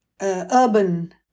urban